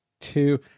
two